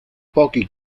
pochi